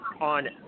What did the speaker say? on